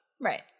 Right